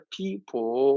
people